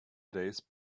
days